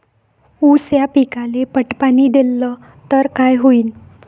ऊस या पिकाले पट पाणी देल्ल तर काय होईन?